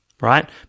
right